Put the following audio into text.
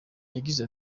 yagize